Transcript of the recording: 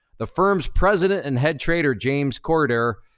the firm's president and head trader, james cordier,